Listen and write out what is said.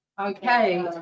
Okay